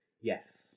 Yes